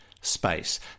space